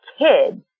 kids